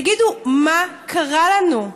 תגידו, מה קרה לנו?